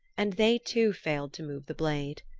and they, too, failed to move the blade.